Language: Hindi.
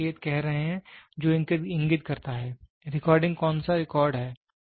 ये संकेत कर रहे हैं जो इंगित करता है रिकॉर्डिंग कौन सा रिकॉर्ड है